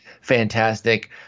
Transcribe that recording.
fantastic